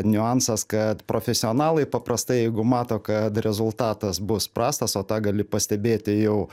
niuansas kad profesionalai paprastai jeigu mato kad rezultatas bus prastas o tą gali pastebėti jau